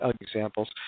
examples